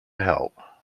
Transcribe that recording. help